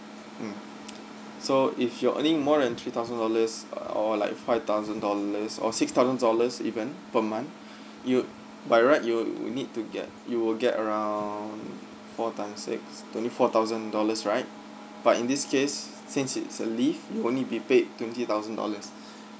mm so if you're earning more than three thousand dollars or like five thousand dollars or six thousand dollars even per month you by right you will need to get you will get around four times six twenty four thousand dollars right but in this case since it's a leave you only be paid twenty thousand dollars